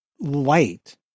light